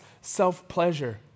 self-pleasure